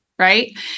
right